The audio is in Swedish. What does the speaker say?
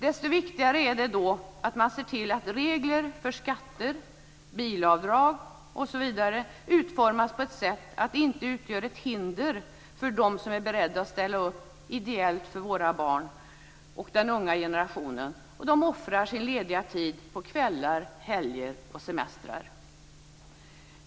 Desto viktigare är det då att man ser till att regler för skatter, bilavdrag osv. utformas på ett sådant sätt att de inte utgör ett hinder för dem som är beredda att ställa upp ideellt för våra barn och för den unga generationen. De offrar sin lediga tid på kvällar, helger och semestrar.